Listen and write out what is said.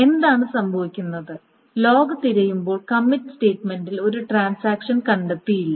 എന്താണ് സംഭവിക്കുന്നത് ലോഗ് തിരയുമ്പോൾ കമ്മിറ്റ് സ്റ്റേറ്റ്മെൻറിൽ ഒരു ട്രാൻസാക്ഷൻ കണ്ടെത്തിയില്ല